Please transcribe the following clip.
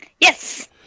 Yes